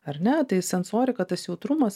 ar ne tai sensorika tas jautrumas